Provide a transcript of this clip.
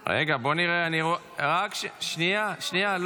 --- שנייה, שנייה.